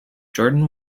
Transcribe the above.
jordan